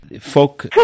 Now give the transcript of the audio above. folk